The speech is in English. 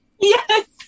Yes